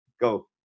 go